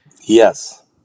Yes